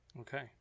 Okay